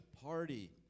party